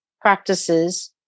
practices